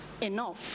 enough